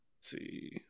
see